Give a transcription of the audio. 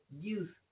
use